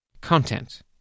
content